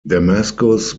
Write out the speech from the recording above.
damascus